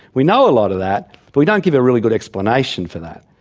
we know a lot of that but we don't give a really good explanation for that.